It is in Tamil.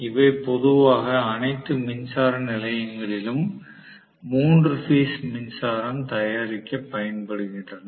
இவை பொதுவாக அனைத்து மின்சார நிலையங்களிலும் மூன்று பேஸ் மின்சாரம் தயாரிக்கப் பயன்படுகின்றன